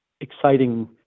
exciting